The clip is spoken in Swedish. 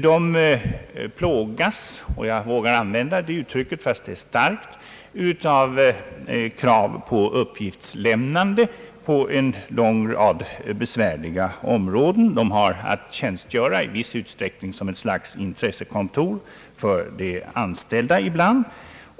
De plågas — jag vågar använda det uttrycket fastän det är starkt — av krav på uppgiftslämnande på en lång rad besvärliga områden. De har att i viss utsträckning tjänstgöra som ett slags intressekontor för de anställda,